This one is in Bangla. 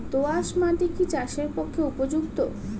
দোআঁশ মাটি কি চাষের পক্ষে উপযুক্ত?